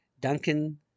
Duncan